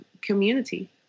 community